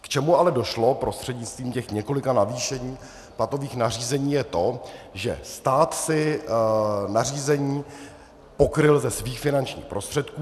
K čemu ale došlo prostřednictvím těch několika navýšení platových nařízení, je to, že stát si nařízení pokryl ze svých finančních prostředků.